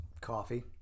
coffee